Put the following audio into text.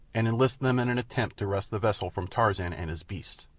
and enlist them in an attempt to wrest the vessel from tarzan and his beasts.